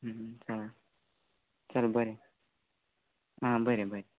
आं चल बरें आं बरें बरें